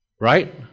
right